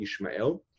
Yishmael